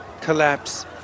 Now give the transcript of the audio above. Collapse